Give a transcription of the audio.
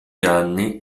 anni